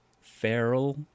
Feral